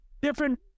different